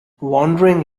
wandering